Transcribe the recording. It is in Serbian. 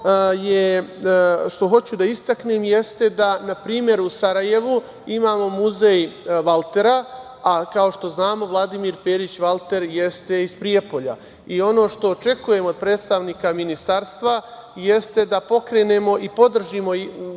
što hoću da istaknem, jeste da, na primer u Sarajevu imamo muzej Valtera, a kao što znamo Vladimir Perić Valter, jeste iz Prijepolja. Ono što očekujem od predstavnika ministarstva, jeste da pokrenemo i podržimo